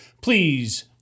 please